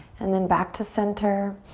and then back to center.